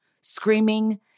screaming